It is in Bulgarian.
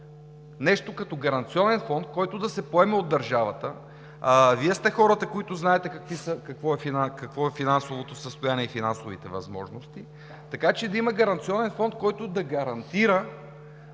нещо като гаранционен фонд, който да се поеме от държавата. Вие сте хората, които знаете какво е финансовото състояние и какви са финансовите възможности, така че да има гаранционен фонд, който да гарантира